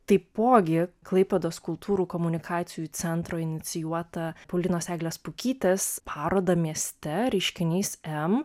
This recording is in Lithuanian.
taipogi klaipėdos kultūrų komunikacijų centro inicijuotą paulinos eglės pukytės parodą mieste reiškinys m